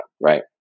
Right